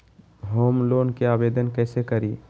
Home loan के आवेदन कैसे करि?